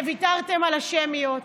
שוויתרתם על השמיות.